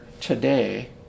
today